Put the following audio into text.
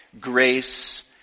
Grace